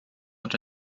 und